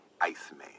Iceman